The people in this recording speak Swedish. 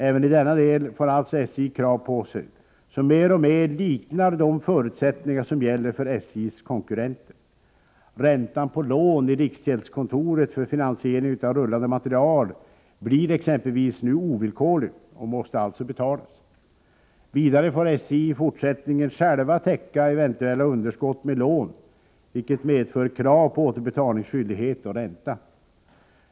Även i denna del får alltså SJ krav på sig som mer och mer liknar de förutsättningar som gäller för SJ:s konkurrenter. Räntan på lån i riksgäldskontoret för finansiering av rullande materiel blir t.ex. nu ovillkorlig och måste alltså betalas. Vidare får SJ i fortsättningen själv täcka eventuella underskott med lån, vilket medför krav på återbetalningsskyldighet och ränta.